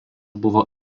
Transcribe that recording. buvo